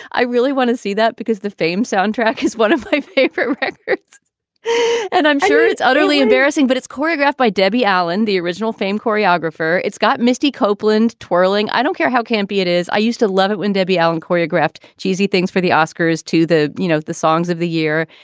i really want to see that because the fame soundtrack is one of my favorite. and i'm sure it's utterly embarrassing, but it's choreographed by debbie allen, the original fame choreographer it's got misty copeland twirling. i don't care how campy it is. i used to love it when debbie allen choreographed cheesy things for the oscars to the, you know, the songs of the year.